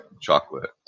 chocolate